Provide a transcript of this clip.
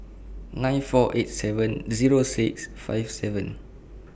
nine four eight seven Zero six five seven